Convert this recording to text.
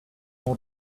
more